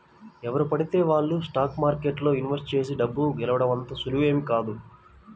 ఎవరు పడితే వాళ్ళు స్టాక్ మార్కెట్లో ఇన్వెస్ట్ చేసి డబ్బు గెలవడం అంత సులువేమీ కాదు